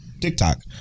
TikTok